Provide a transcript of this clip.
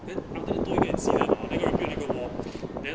then after 多一边 season orh 那个人 build 那个人 wall then